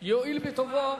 יואיל בטובו.